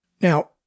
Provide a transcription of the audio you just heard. Now